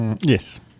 Yes